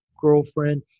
girlfriend